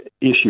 issue